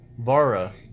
Vara